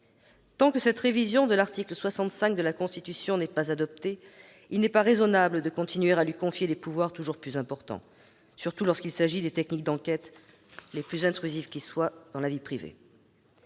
Tant qu'une telle révision de l'article 65 de la Constitution n'aura pas été adoptée, il ne sera pas raisonnable de continuer à confier au parquet des pouvoirs toujours plus importants, surtout lorsqu'il s'agit des techniques d'enquête les plus intrusives dans la vie privée.